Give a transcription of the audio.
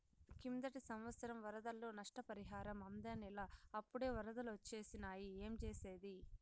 కిందటి సంవత్సరం వరదల్లో నష్టపరిహారం అందనేలా, అప్పుడే ఒరదలొచ్చేసినాయి ఏంజేసేది